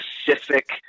specific